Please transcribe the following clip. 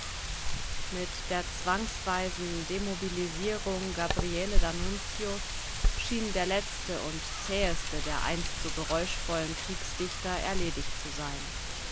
mit der zwangsweisen demobilisierung gabriele d'annunzios schien der letzte und zäheste der einst so geräuschvollen kriegsdichter erledigt zu sein